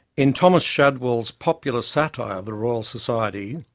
in thomas shadwell's popular satire of the royal society,